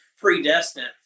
predestined